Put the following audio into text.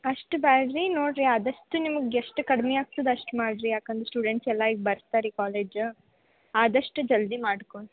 ಅಷ್ಟು ಬೇಡ್ರಿ ನೋಡಿರಿ ಆದಷ್ಟು ನಿಮ್ಗೆ ಎಷ್ಟು ಕಡ್ಮೆ ಆಗ್ತದೆ ಅಷ್ಟು ಮಾಡಿರಿ ಯಾಕಂದ್ರೆ ಸ್ಟೂಡೆಂಟ್ಸೆಲ್ಲ ಈಗ ಬರ್ತಾರ್ರಿ ಕಾಲೇಜು ಆದಷ್ಟು ಜಲ್ದಿ ಮಾಡ್ಕೊಡಿ